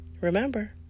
Remember